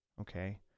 Okay